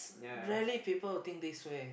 rarely people will think this way